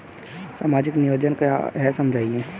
सामाजिक नियोजन क्या है समझाइए?